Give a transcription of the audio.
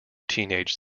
teenage